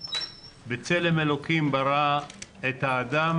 בצלם אלוקים ברא את האדם.